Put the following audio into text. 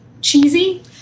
cheesy